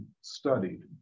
studied